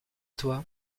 toi